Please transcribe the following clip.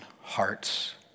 hearts